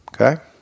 okay